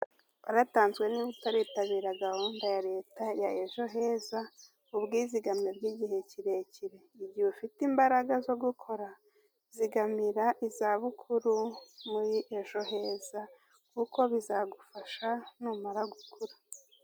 Waratanzwe niba utaritabira gahunda ya leta ya ejo heza, ubwizigame bw'igihe kirekire. Igihe ufite imbaraga zo gukora, zigamira izabukuru muri ejo heza, kuko bizagufasha numara gukura.